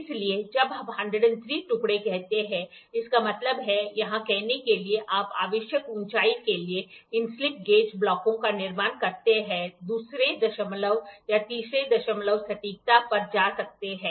इसलिए जब हम 103 टुकड़े कहते हैं इसका मतलब है यहाँ कहने के लिए आप आवश्यक ऊंचाई के लिए इन स्लिप गेज ब्लॉकों का निर्माण करते हुए दूसरे दशमलव या तीसरे दशमलव सटीकता पर जा सकते हैं